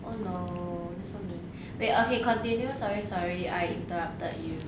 oh no they so mean wait ah okay continue sorry sorry I interrupted you